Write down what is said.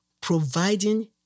providing